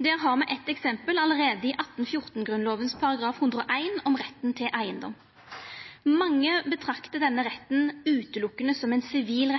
Der har ein eit eksempel allereie i 1814-grunnlovas § 101 om retten til eigedom. Mange betraktar den retten utelukkande som ein sivil